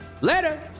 Later